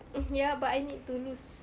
mm ya but I need to lose